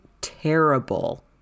terrible